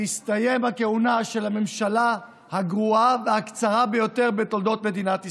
תסתיים הכהונה של הממשלה הגרועה והקצרה ביותר בתולדות מדינת ישראל.